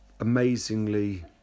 amazingly